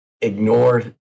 ignore